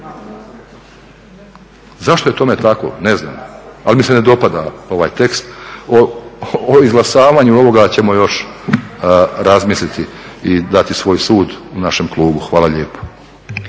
Zašto je tome tako? Ne znam, ali mi se ne dopada ovaj tekst. O izglasavanju ovoga ćemo još razmisliti i dati svoj sud u našem klubu. Hvala lijepo.